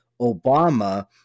obama